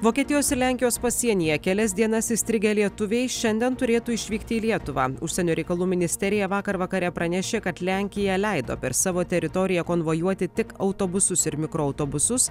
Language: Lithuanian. vokietijos ir lenkijos pasienyje kelias dienas įstrigę lietuviai šiandien turėtų išvykti į lietuvą užsienio reikalų ministerija vakar vakare pranešė kad lenkija leido per savo teritoriją konvojuoti tik autobusus ir mikroautobusus